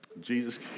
Jesus